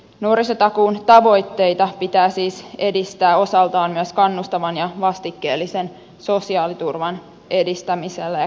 nuorisotakuun tavoitteita pitää siis edistää osaltaan myös kannustavan ja vastikkeellisen sosiaaliturvan edistämisellä ja kehittämisellä